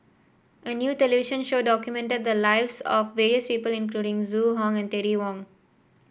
a new television show documented the lives of various people including Zhu Hong and Terry Wong